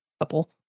couple